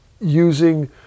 using